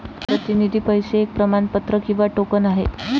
प्रतिनिधी पैसे एक प्रमाणपत्र किंवा टोकन आहे